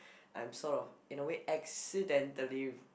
I'm sort of in a way accidentally